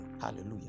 Hallelujah